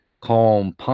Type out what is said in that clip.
calm